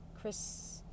Chris